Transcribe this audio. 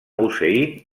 hussein